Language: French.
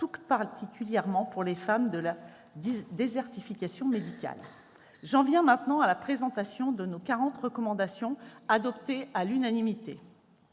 particulièrement pour les femmes, de la désertification médicale. J'en viens maintenant à la présentation de nos 40 recommandations, adoptées à l'unanimité.